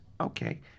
Okay